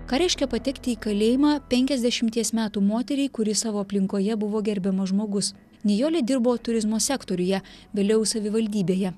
ką reiškia patekti į kalėjimą penkiasdešimties metų moteriai kuri savo aplinkoje buvo gerbiamas žmogus nijolė dirbo turizmo sektoriuje vėliau savivaldybėje